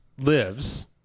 lives